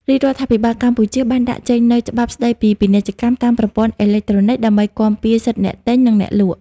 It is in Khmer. រាជរដ្ឋាភិបាលកម្ពុជាបានដាក់ចេញនូវច្បាប់ស្ដីពីពាណិជ្ជកម្មតាមប្រព័ន្ធអេឡិចត្រូនិក ដើម្បីគាំពារសិទ្ធិអ្នកទិញ និងអ្នកលក់។